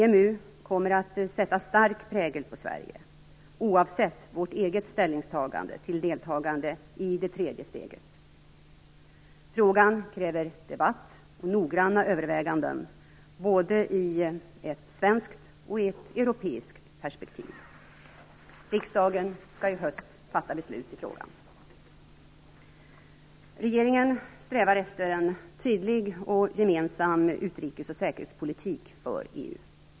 EMU kommer att sätta stark prägel på Sverige, oavsett vårt eget ställningstagande till deltagande i det tredje steget. Frågan kräver debatt och noggranna överväganden, både i ett svenskt och i ett europeiskt perspektiv. Riksdagen skall i höst fatta beslut i frågan. Regeringen strävar efter en tydlig och gemensam utrikes och säkerhetspolitik för EU.